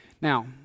Now